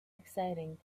exciting